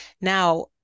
now